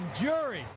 jury